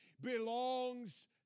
belongs